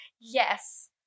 yes